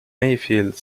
mayfield